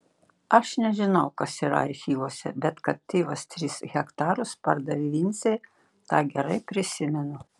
aš nežinau kas yra archyvuose bet kad tėvas tris hektarus pardavė vincei tą gerai prisimenu